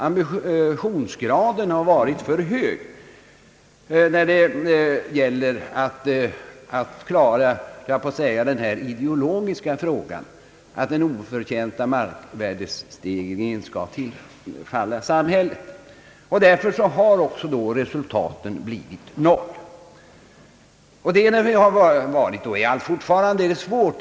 Ambitionsgraden har varit för hög när det gällt att klara den ideologiska frågan, att den oförtjänta markvärdesteg ringen skall tillfalla samhället. Därför har också resultatet blivit noll.